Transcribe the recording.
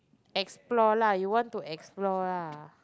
explore lah you want to explore lah